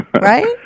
right